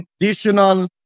additional